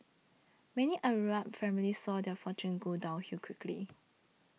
many Arab families saw their fortunes go downhill quickly